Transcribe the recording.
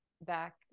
back